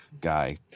guy